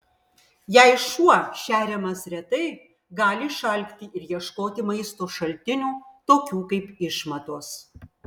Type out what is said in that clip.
jei šuo šeriamas retai gali išalkti ir ieškoti maisto šaltinių tokių kaip išmatos